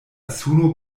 suno